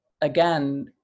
again